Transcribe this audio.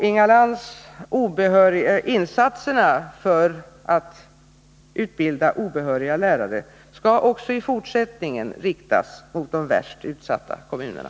Inga Lantz! Insatserna för att utbilda obehöriga lärare skall också i fortsättningen riktas mot de värst utsatta kommunerna.